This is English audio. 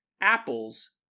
apples